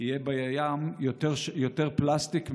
יהיה בים יותר פלסטיק מדגים.